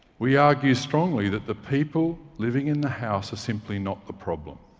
we argue strongly that the people living in the house are simply not the problem.